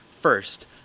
first